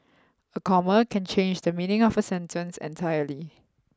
a comma can change the meaning of a sentence entirely